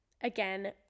again